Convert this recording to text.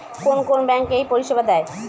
কোন কোন ব্যাঙ্ক এই পরিষেবা দেয়?